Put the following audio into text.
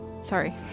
sorry